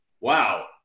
wow